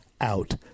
out